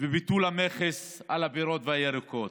וביטול המכס על הפירות והירקות.